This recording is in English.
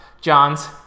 Johns